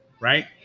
right